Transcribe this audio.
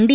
D